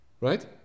right